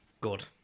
Good